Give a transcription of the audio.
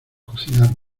cocinar